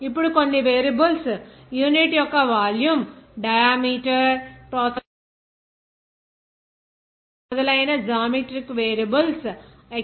ఇప్పుడు కొన్ని variables unit యొక్క volume diameter cross sectional area length మొదలైన జామెట్రిక్ వేరియబుల్స్ etc